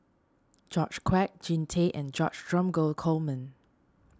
George Quek Jean Tay and George Dromgold Coleman